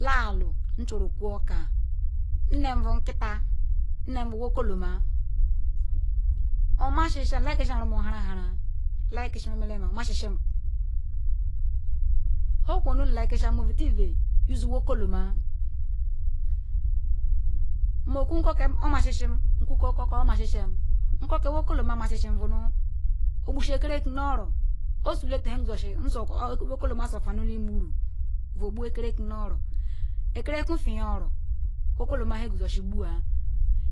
Lanu nchoru okwu okar, nnim bu nkita, nnim bu wokoloma. Omasisim nukisim omuharahara nlikislmenema omasisim nhu-kum nu nlikisi ma. oveteive. nme usesu wokoloma. Nme oku nkoke omasism nku-nkoke omasisham. Nkoke wokoloma masisim vu nu ogbusi okerkun nu-oro ozule tan vu he wokoloma yabanu uru vu ogbu-ekerkun nu-oro. ekerekun nfe yo-oro wokoloma hen ogwusosi gbua